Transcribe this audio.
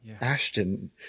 Ashton